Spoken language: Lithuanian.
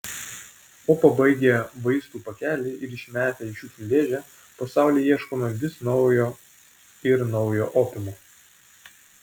o pabaigę vaistų pakelį ir išmetę į šiukšlių dėžę po saule ieškome vis naujo ir naujo opiumo